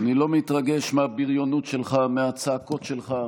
אני לא מתרגש מהבריונות שלך, מהצעקות שלך,